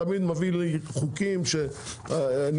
תמיד מביא לי חוקים על נייר,